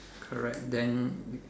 correct then you